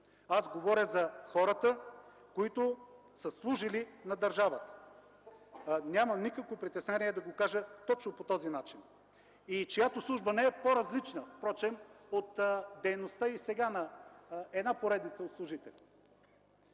Говоря за хората, които са служили на държавата. Нямам никакво притеснение да го кажа точно по този начин – и чиято служба не е по-различна от дейността на една поредица от служители